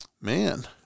man